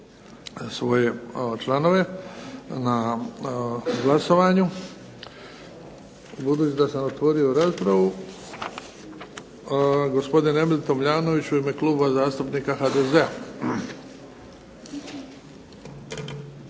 svoje članove na glasovanju. Budući da sam otvorio raspravu, gospodin Emil Tomljanović u ime Kluba zastupnika HDZ-a.